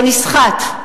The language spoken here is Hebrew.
תראה איך הוא לא נסחט.